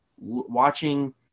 watching